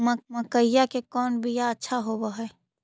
मकईया के कौन बियाह अच्छा होव है?